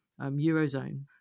Eurozone